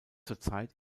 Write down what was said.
zurzeit